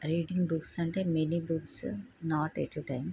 reading books అంటే many books not at a time